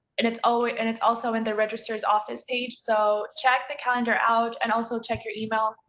and it's also and it's also in the registrar's office page so check the calendar out! and also check your emails.